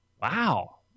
Wow